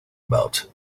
about